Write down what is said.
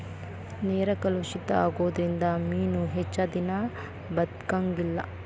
ನೇರ ಕಲುಷಿತ ಆಗುದರಿಂದ ಮೇನು ಹೆಚ್ಚದಿನಾ ಬದಕಂಗಿಲ್ಲಾ